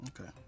Okay